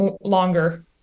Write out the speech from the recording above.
longer